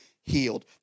healed